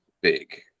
big